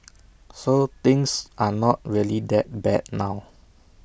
so things are not really that bad now